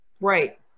Right